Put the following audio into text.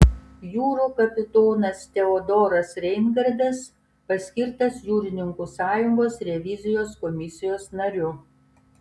jūrų kapitonas teodoras reingardas paskirtas jūrininkų sąjungos revizijos komisijos nariu